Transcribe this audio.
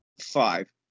Five